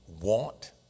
want